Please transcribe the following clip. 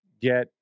get